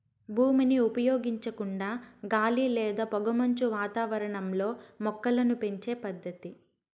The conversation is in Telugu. భూమిని ఉపయోగించకుండా గాలి లేదా పొగమంచు వాతావరణంలో మొక్కలను పెంచే పద్దతి